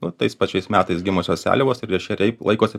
nu tais pačiais metais gimusios seliavos ir ešeriai laikosi